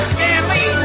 Stanley